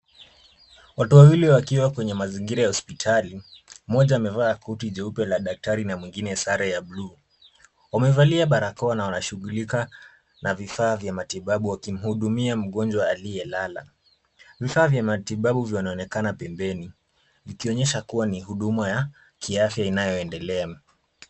Watu wawili wakiwa kwenye mazingira ya hospitali ,mmoja amevaa koti jeupe ya daktari na mwingine sare ya bluu. Wamevalia barakoa na wanashughulika na vifaa vya matibabu wakimhudumia mgonjwa aliyelala. Vifaa vya matibabu vinaonekana pembeni vikionyesha kuwa ni huduma ya kiafya inayoendelea.